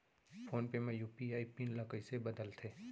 Phone पे म UPI PIN ल कइसे बदलथे?